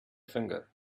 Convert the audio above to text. finger